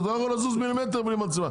אתה לא יכול לזוז מילימטר בלי מצלמה.